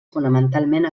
fonamentalment